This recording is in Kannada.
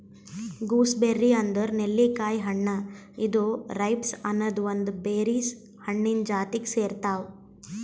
ಗೂಸ್ಬೆರ್ರಿ ಅಂದುರ್ ನೆಲ್ಲಿಕಾಯಿ ಹಣ್ಣ ಇದು ರೈಬ್ಸ್ ಅನದ್ ಒಂದ್ ಬೆರೀಸ್ ಹಣ್ಣಿಂದ್ ಜಾತಿಗ್ ಸೇರ್ತಾವ್